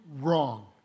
wrong